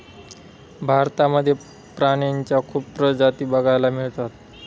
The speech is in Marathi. भारतामध्ये प्राण्यांच्या खूप प्रजाती बघायला मिळतात